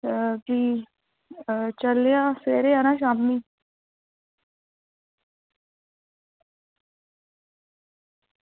फ्ही चलने आं सवैरे जाना शामीं